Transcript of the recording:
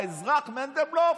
האזרח מנדלבלוף,